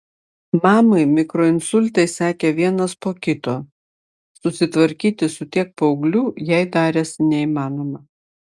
mamai mikroinsultai sekė vienas po kito susitvarkyti su tiek paauglių jai darėsi neįmanoma